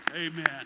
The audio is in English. Amen